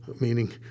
meaning